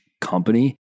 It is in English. company